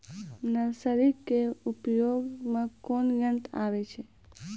Nursery के उपयोग मे कोन यंत्र आबै छै?